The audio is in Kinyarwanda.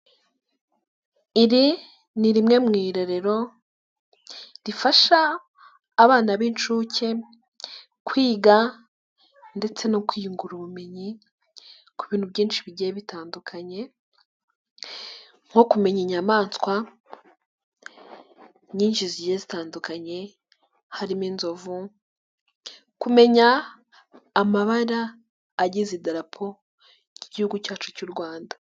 Iri ni rimwe mu irerero rifasha abana b'incuke kwiga ndetse no kwiyungura ubumenyi ku bintu byinshi bigiye bitandukanye, nko kumenya inyamaswa nyinshi zigiye zitandukanye harimo inzovu, kumenya amabara agize idarapo ry'Igihugu cyacu cy'u Rwanda.